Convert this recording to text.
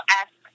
ask